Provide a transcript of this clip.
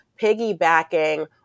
piggybacking